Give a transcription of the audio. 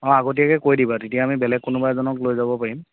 অ আগতীয়াকৈ কৈ দিবা তেতিয়া আমি বেলেগ কোনোবা এজনক লৈ যাব পাৰিম